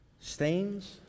stains